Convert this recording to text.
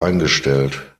eingestellt